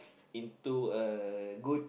into a good